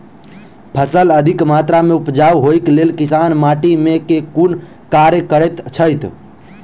फसल अधिक मात्रा मे उपजाउ होइक लेल किसान माटि मे केँ कुन कार्य करैत छैथ?